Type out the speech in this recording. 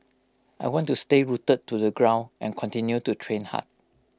I want to stay rooted to the ground and continue to train hard